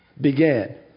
began